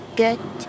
good